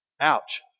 Ouch